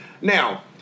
Now